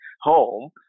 home